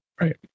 right